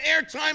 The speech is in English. airtime